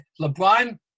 LeBron